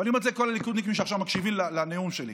ואני אומר את זה לכל הליכודניקים שעכשיו מקשיבים לנאום שלי: